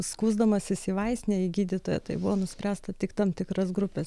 skųsdamasis į vaistinę į gydytoją tai buvo nuspręsta tik tam tikras grupes